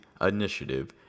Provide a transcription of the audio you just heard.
initiative